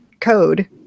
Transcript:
code